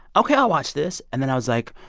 ok. i'll watch this. and then i was like,